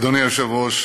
אדוני היושב-ראש,